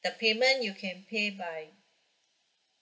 the payment you can pay by